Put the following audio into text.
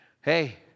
hey